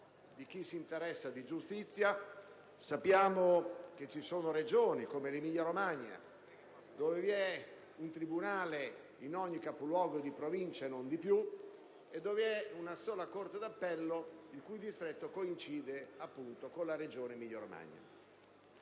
di chi si interessa di giustizia: sappiamo che ci sono Regioni, come l'Emilia-Romagna, dove vi è un tribunale in ogni capoluogo di provincia e non di più, e dove vi è una sola corte d'appello, il cui distretto coincide appunto con la medesima Regione.